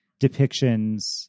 depictions